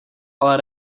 ale